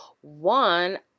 One